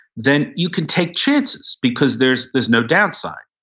then you can take chances because there's there's no downside.